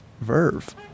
Verve